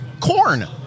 Corn